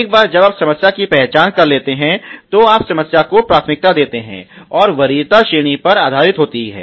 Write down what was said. एक बार जब आप समस्या की पहचान कर लेते हैं तो आप समस्या को प्राथमिकता देते हैं और वरीयता श्रेणी पर आधारित होती है